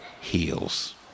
heals